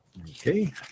Okay